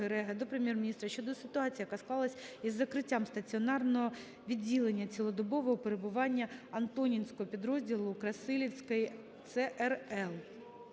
до Прем'єр-міністра щодо ситуації, яка склалась із закриттям стаціонарного відділення цілодобового перебування Антонінського підрозділу Красилівської ЦРЛ.